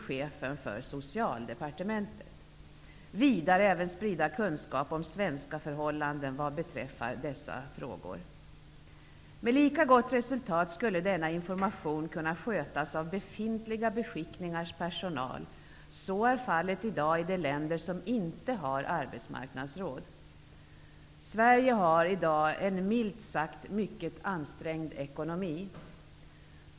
De skall vidare även sprida kunskap om svenska förhållanden vad beträffar dessa frågor. Denna information skulle med lika gott resultat kunna skötas av befintliga beskickningars personal. Så är fallet i dag i de länder som inte har arbetsmarknadsråd. Sverige har i dag milt sagt en mycket ansträngd ekonomi.